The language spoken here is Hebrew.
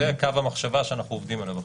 זה קו המחשבה שאנחנו עובדים עליו.